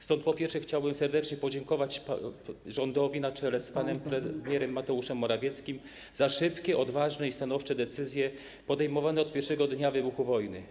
Stąd, po pierwsze, chciałbym serdecznie podziękować rządowi na czele z panem premierem Mateuszem Morawieckim za szybkie, odważne i stanowcze decyzje podejmowane od pierwszego dnia wybuchu wojny.